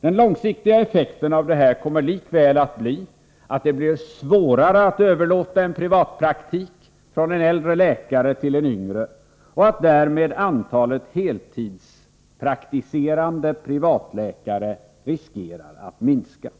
Den långsiktiga effekten av det här kommer likväl att bli att det blir svårare att överlåta en privatpraktik från en äldre läkare till en yngre, och att därmed antalet heltidspraktiserande privatläkare riskerar att minska.